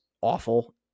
awful